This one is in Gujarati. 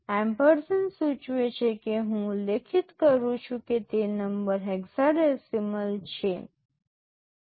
એમ્પેરસેન્ડ સૂચવે છે કે હું ઉલ્લેખ કરું છું તે નંબર હેક્સાડેસિમલ છે